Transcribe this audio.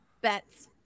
Bets